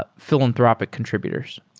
but philanthropic contr ibutors?